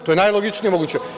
To je najlogičnije moguće.